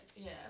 Yes